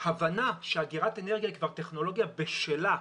ההבנה שאגירת אנרגיה היא כבר טכנולוגיה בשלה,